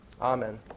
Amen